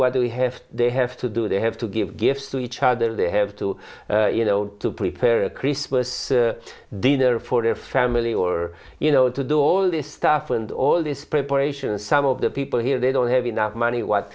what we have they have to do they have to give gifts to each other they have to you know to prepare a christmas dinner for their family or you know to do all this stuff and all this preparation some of the people here they don't have enough money what